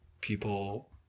people